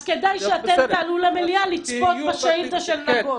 אז כדאי שאתם תעלו למליאה לצפות בשאילתה של נגוסה,